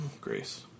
Grace